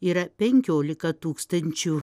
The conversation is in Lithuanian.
yra penkiolika tūkstančių